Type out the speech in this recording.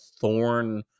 Thorn